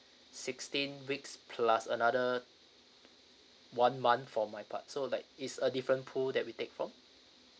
sixteen weeks plus another one month for my part so like it's a different pool that we take from